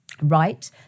right